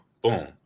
boom